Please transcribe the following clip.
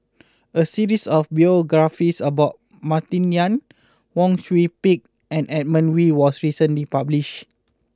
a series of biographies about Martin Yan Wang Sui Pick and Edmund Wee was recently published